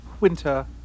Winter